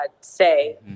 say